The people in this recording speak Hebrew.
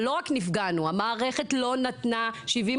אבל לא רק שנפגענו, המערכת לא נתנה טיפול מספק.